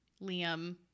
Liam